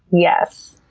yes.